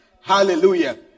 Hallelujah